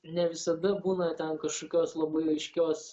ne visada būna ten kažkokios labai aiškios